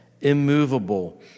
immovable